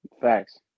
Facts